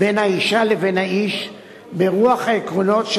ויש לגנותם